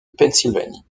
pennsylvanie